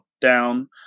down